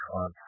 on